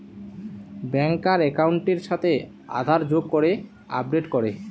ব্যাংকার একাউন্টের সাথে আধার যোগ করে আপডেট করে